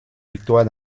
victoire